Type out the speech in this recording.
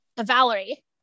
Valerie